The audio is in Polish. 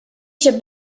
się